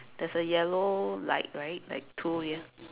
there's a yellow light right like two ya